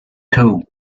two